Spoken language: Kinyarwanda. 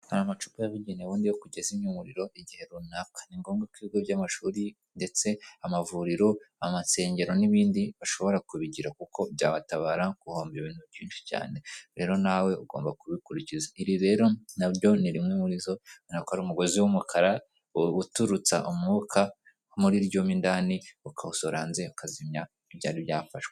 Aya macupa yabugenewe undi yo kugezazimya umuriro igihe runaka ni ngombwa ko ibigo by'amashuri ndetse amavuriro, amasengero n'ibindi bashobora kubigira kuko byabatabara guhomba ibintu byinshi cyane. Rero nawe ugomba kubi iri rero nabyo ni rimwe muri zo anakora umugozi w'umukara uturutsa umwuka muriryo mindani ukawusora ukazimya ibyari byafashwe.